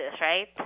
right